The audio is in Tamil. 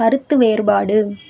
கருத்து வேறுபாடு